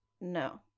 no